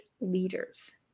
leaders